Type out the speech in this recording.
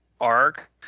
arc